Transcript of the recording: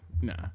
nah